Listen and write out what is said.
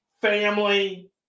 family